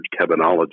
cabinology